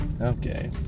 Okay